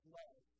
love